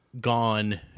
gone